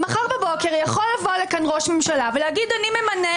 מחר בבוקר יכול לבוא לכאן ראש ממשלה ולהגיד: אני ממנה